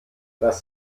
was